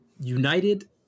United